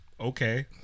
Okay